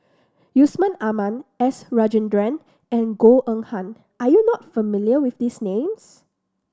Yusman Aman S Rajendran and Goh Eng Han are you not familiar with these names